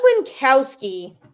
Winkowski